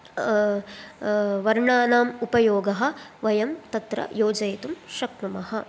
वर्णानाम् उपयोगः वयं तत्र योजयितुं शक्नुमः